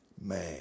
man